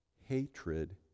hatred